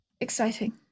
exciting